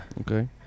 Okay